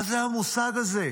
מה זה המושג הזה?